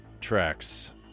tracks